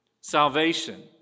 salvation